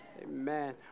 Amen